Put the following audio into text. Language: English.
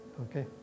okay